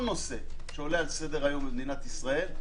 נושא שעולה על סדר-היום במדינת ישראל,